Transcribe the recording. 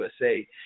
USA